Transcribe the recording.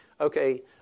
okay